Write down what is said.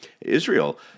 Israel